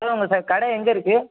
sir உங்கள் sir கடை எங்கிருக்கு